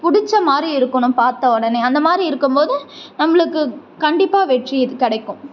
பிடிச்ச மாதிரி இருக்கணும் பார்த்த உடனே அந்த மாதிரி இருக்கும் போது நம்மளுக்கு கண்டிப்பாக வெற்றி இது கிடைக்கும்